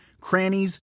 crannies